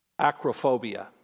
Acrophobia